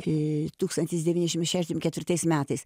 ei tūkstantis devyni šimtai šešiasdešimt ketvirtais metais